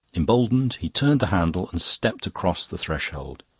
emboldened, he turned the handle and stepped across the threshold.